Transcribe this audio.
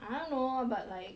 I don't know but like